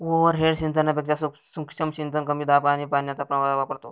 overhead सिंचनापेक्षा सूक्ष्म सिंचन कमी दाब आणि पाण्याचा प्रवाह वापरतो